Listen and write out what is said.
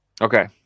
Okay